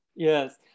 Yes